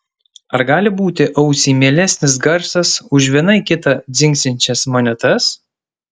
ar gali būti ausiai mielesnis garsas už viena į kitą dzingsinčias monetas